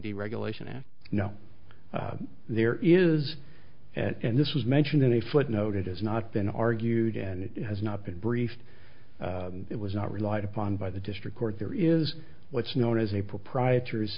deregulation act no there is and this was mentioned in a footnote it has not been argued and it has not been briefed it was not relied upon by the district court there is what's known as a proprietor